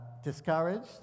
discouraged